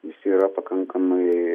visi yra pakankamai